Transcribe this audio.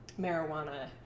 marijuana